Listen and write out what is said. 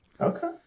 Okay